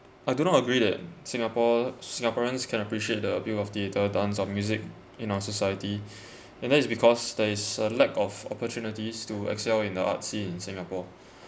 I do not agree that singapore singaporeans cannot appreciate the appeal of theatre dance or music in our society and that is because there is a lack of opportunities to excel in the arts scene in singapore